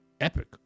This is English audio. Epic